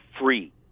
free